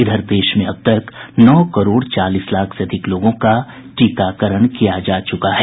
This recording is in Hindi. इधर देश में अब तक नौ करोड़ चालीस लाख से अधिक लोगों का टीकाकरण किया जा चुका है